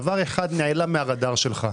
דבר אחד נעלם מן הרדאר שלך,